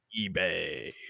eBay